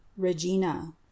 regina